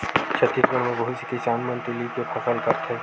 छत्तीसगढ़ म बहुत से किसान मन तिली के फसल करथे